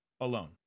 alone